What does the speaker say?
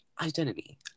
identity